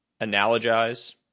analogize